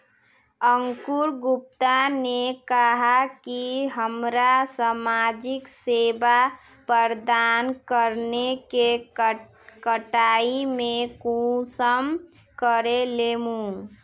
अंकूर गुप्ता ने कहाँ की हमरा समाजिक सेवा प्रदान करने के कटाई में कुंसम करे लेमु?